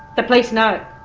the police know?